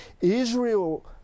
israel